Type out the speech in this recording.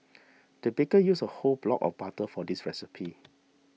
the baker used a whole block of butter for this recipe